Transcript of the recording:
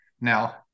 Now